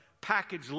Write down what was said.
package